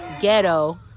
ghetto